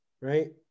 right